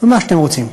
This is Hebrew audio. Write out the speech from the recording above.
ומה שאתם רוצים.